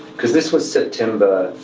because this was september